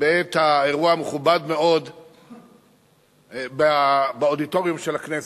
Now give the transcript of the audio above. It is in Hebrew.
בעת האירוע המכובד מאוד באודיטוריום של הכנסת.